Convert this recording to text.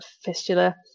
fistula